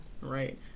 Right